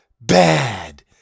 bad